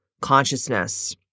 consciousness